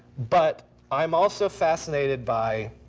but i'm also fascinated by,